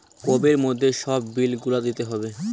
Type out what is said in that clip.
কোবের মধ্যে সব বিল গুলা দিতে হবে